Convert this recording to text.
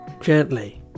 gently